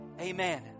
Amen